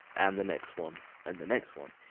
and the next one, and the next one.